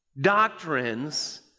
doctrines